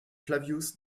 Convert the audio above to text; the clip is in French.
flavius